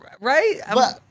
right